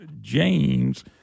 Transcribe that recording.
James